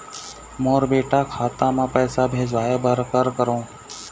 मोर बेटा खाता मा पैसा भेजवाए बर कर करों?